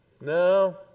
No